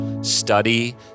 study